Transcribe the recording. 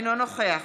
אינו נוכח